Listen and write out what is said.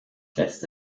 letzte